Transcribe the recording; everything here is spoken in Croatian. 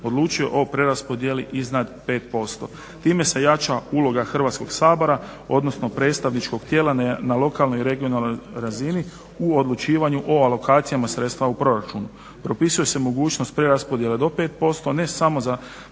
odlučuje o preraspodjeli iznad 5%. Time se jača uloga Hrvatskog sabora, odnosno predstavničkog tijela na lokalnoj i regionalnoj razini u odlučivanju o alokacijama sredstava u proračunu, propisuje se mogućnost preraspodjele do 5%, a ne samo za